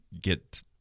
get